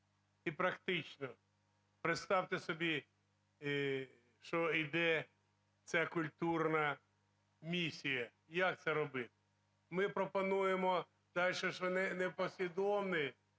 і практично. Представте собі, що іде ця культурна місія, як це робити. Ми пропонуємо дальше ще непослідовний